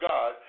God